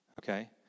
Okay